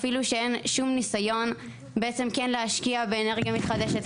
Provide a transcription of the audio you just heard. אפילו שאין שום ניסיון בעצם כן להשקיע באנרגיה מתחדשת,